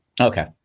Okay